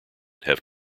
have